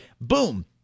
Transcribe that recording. boom